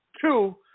Two